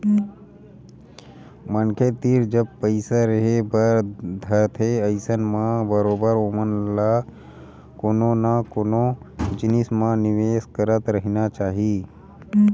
मनखे तीर जब पइसा रेहे बर धरथे अइसन म बरोबर ओमन ल कोनो न कोनो जिनिस म निवेस करत रहिना चाही